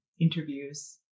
interviews